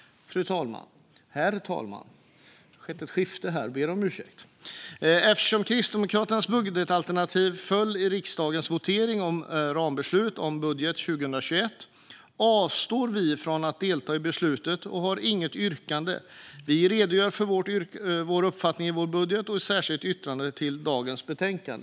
Herr talman! Eftersom Kristdemokraternas budgetalternativ föll i riksdagens votering om rambeslutet om budgeten 2021 avstår vi från att delta i beslutet och har inget yrkande. Vi redogör för vår uppfattning i vår budget och i ett särskilt yttrande i dagens betänkande.